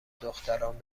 دختران